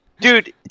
dude